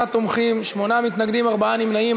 48 תומכים, שמונה מתנגדים, ארבעה נמנעים.